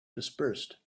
dispersed